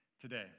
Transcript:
today